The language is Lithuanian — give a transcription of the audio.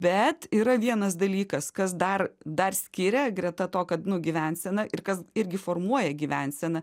bet yra vienas dalykas kas dar dar skiria greta to kad nu gyvensena ir kas irgi formuoja gyvenseną